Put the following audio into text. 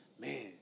man